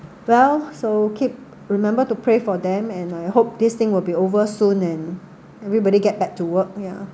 well so keep remember to pray for them and I hope this thing will be over soon and everybody get back to work yeah